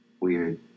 Weird